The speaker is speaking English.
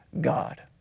God